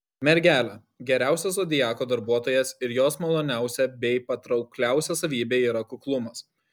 mergelė geriausias zodiako darbuotojas ir jos maloniausia bei patraukliausia savybė yra kuklumas